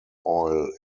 oil